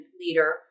leader